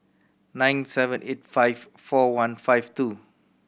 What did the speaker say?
nine seven eight five four one five two